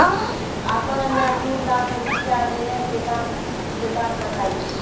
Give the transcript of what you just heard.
आपन ने दू लाख रुपिया लेने के बाद किस्त के बात बतायी?